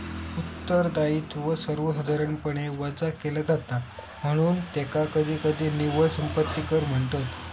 उत्तरदायित्व सर्वसाधारणपणे वजा केला जाता, म्हणून त्याका कधीकधी निव्वळ संपत्ती कर म्हणतत